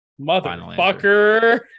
Motherfucker